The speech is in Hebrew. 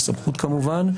בסמכות כמובן,